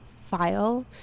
file